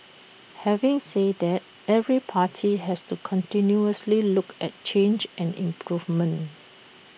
having said that every party has to continuously look at change and improvement